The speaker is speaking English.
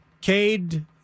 Cade